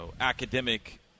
academic